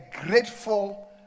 grateful